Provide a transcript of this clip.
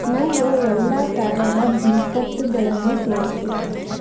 ನನಗೆ ಎಲ್ಲ ಥರದ ಬಿಸ್ಕತ್ತುಗಳನ್ನು ತೋರಿಸು